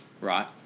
Right